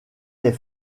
les